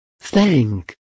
Thank